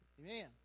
Amen